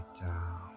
down